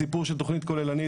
הסיפור של תכנית כוללנית,